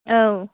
औ